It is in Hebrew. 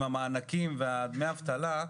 עם המענקים ודמי האבטלה,